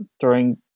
Throwing